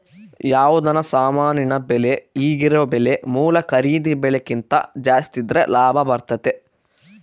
ಯಾವುದನ ಸಾಮಾನಿನ ಬೆಲೆ ಈಗಿರೊ ಬೆಲೆ ಮೂಲ ಖರೀದಿ ಬೆಲೆಕಿಂತ ಜಾಸ್ತಿದ್ರೆ ಲಾಭ ಬರ್ತತತೆ